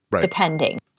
Depending